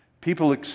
People